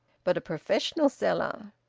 but a professional cellar.